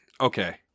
Okay